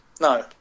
No